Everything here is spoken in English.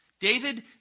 David